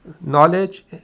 knowledge